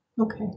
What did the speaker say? Okay